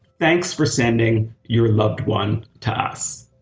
thanks for sending your loved one to us.